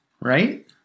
Right